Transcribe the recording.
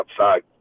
outside